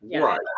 Right